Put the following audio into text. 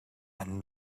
and